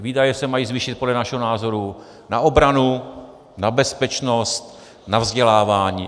Výdaje se mají zvýšit podle našeho názoru na obranu, na bezpečnost, na vzdělávání.